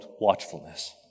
watchfulness